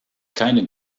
keine